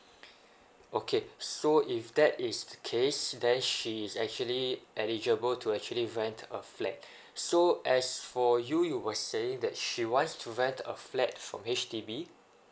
okay so if that is the case then she is actually eligible to actually rent a flat so as for you you were saying that she wants to rent a flat from H_D_B